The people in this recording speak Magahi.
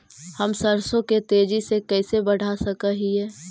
हम सरसों के तेजी से कैसे बढ़ा सक हिय?